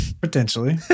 Potentially